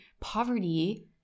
poverty